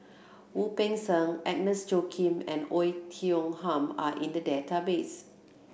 Wu Peng Seng Agnes Joaquim and Oei Tiong Ham are in the database